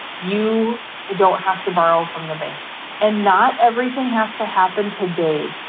you don't have to borrow from the bank and not everything has to happen today.